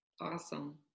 Awesome